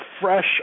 fresh